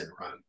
run